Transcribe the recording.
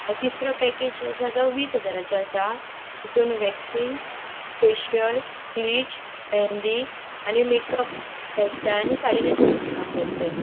तिसरो पॅकेज जो आसा तो वीस हजाराचो आसा तितून वॅक्सींग फेशल ब्लिच म्हेंदी आनी मेकअप हॅरस्टायल साडी न्हेसोवपाचे काम जातलें